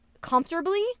comfortably